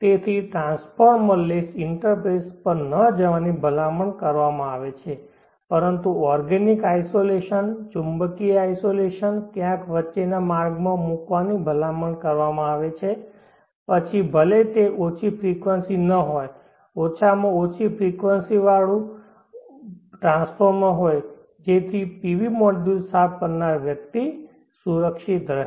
તેથી transformer less interface પર ન જવાની ભલામણ કરવામાં આવે છે પરંતુ ઓર્ગેનિક આઇસોલેશન ચુંબકીય આઇસોલેશન ક્યાંક વચ્ચેના માર્ગમાં મૂકવાની ભલામણ કરવામાં આવે છે પછી ભલે તે ઓછી ફ્રિકવંસી ન હોય ઓછામાં ઓછી ઊંચી ફ્રિકવંસી વાળું ટ્રાન્સફોર્મર હોય જેથી PV મોડ્યુલ સાફ કરનાર વ્યક્તિ સુરક્ષિત રહે